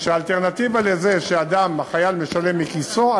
שהאלטרנטיבה של זה היא שהחייל משלם מכיסו,